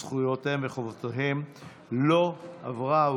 זכויותיהם וחובותיהם, לא עברה.